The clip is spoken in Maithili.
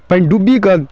पनिडुब्बीके